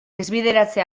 desbideratze